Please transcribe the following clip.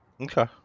Okay